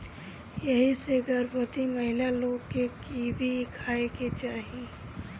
एही से गर्भवती महिला लोग के कीवी खाए के चाही